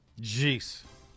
Jeez